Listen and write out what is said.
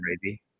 crazy